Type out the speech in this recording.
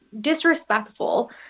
disrespectful